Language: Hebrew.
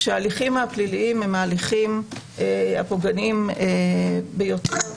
שההליכים הפליליים הם אלה הפוגעניים ביותר.